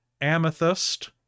amethyst